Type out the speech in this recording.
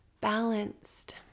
balanced